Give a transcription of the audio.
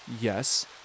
yes